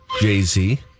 Jay-Z